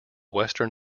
western